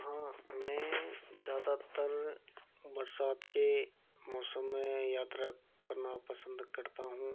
हाँ मैं ज़्यादातर बरसात के मौसम में यात्रा करना पसंद करता हूँ